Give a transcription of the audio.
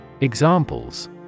Examples